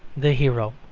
the hero.